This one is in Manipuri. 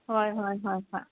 ꯍꯣꯏ ꯍꯣꯏ ꯍꯣꯏ ꯍꯣꯏ